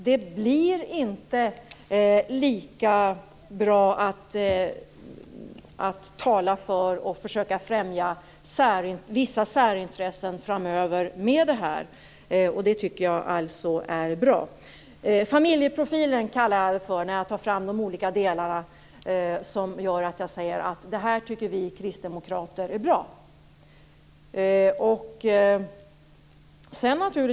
Det blir inte lika bra att tala för och försöka främja vissa särintressen framöver. Det är bra. Jag talar om familjeprofilen när jag talar om de delar som vi kristdemokrater tycker är bra.